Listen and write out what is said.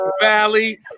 valley